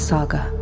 Saga